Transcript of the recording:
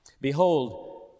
Behold